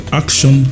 action